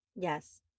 Yes